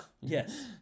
Yes